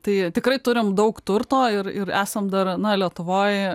tai tikrai turim daug turto ir ir esam dar na lietuvoj